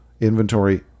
inventory